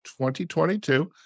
2022